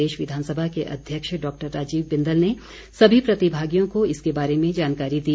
प्रदेश विधानसभा के अध्यक्ष डॉक्टर राजीव बिंदल ने सभी प्रतिभागियों को इसके बारे में जानकारी दी